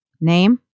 name